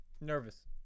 Nervous